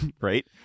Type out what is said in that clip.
Right